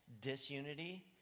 disunity